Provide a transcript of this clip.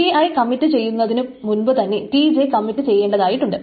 Ti commit ചെയ്യുന്നതിനു മുൻപു തന്നെ Tj കമ്മിറ്റ് ചെയ്യേണ്ടതായിട്ടുണ്ട്